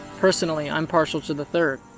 personally, i'm partial to the third.